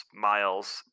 Miles